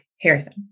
Harrison